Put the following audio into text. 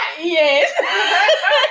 Yes